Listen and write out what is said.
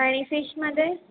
आणि फिशमध्ये